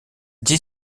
dix